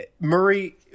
Murray